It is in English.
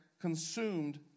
consumed